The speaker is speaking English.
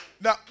Now